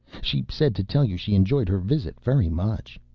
she said to tell you she enjoyed her visit very much.